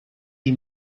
you